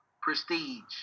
Prestige